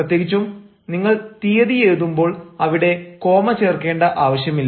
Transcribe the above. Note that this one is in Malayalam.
പ്രത്യേകിച്ചും നിങ്ങൾ തീയതി എഴുതുമ്പോൾ അവിടെ കോമ ചേർക്കേണ്ട ആവശ്യമില്ല